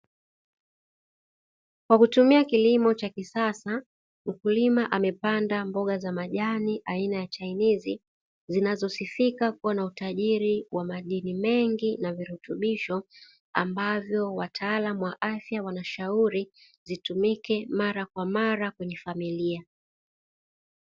Kwa kutumia kilimo cha kisasa mkulima amepanda mboga za majani aina ya chainizi zinazosifika kuwa na utajiri wa madini mengi na virutubisho, ambavyo wataalamu wa afya wanashauri zitumike mara kwa mara kwenye familia.